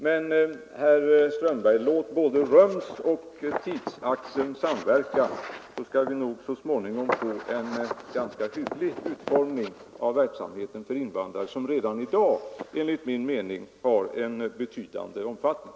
Låt både rumsoch tidsfaktorn samverka, herr Strömberg i Botkyrka, så skall vi nog så småningom få en ganska hygglig utformning av undervisningen för invandrare, som redan i dag enligt min mening har en betydande omfattning.